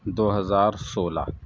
دو ہزار سولہ